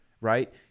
right